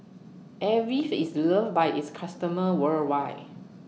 Avene IS loved By its customers worldwide